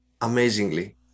amazingly